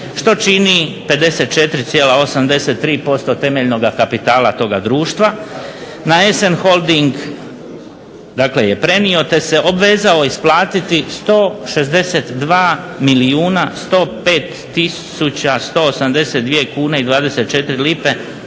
što čini 54,83% temeljnoga kapitala toga društva. Na SN holding, dakle je prenio te se obvezao isplatiti 162 milijuna 105 tisuća 182 kune i 24 lipe